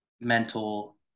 mental